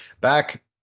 back